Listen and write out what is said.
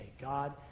God